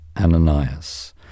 Ananias